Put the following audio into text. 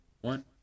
one